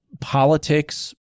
politics